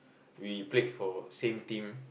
we played for same team